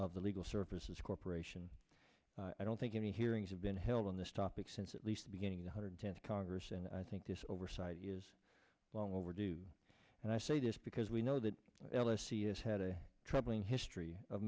of the legal services corporation i don't think any hearings have been held on this topic since at least the beginning the hundred tenth congress and i think this oversight is long overdue and i say this because we know that eliseus had a troubling history of